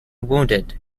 wounded